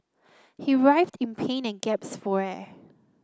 he writhed in pain and gasped for air